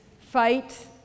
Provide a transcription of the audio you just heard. fight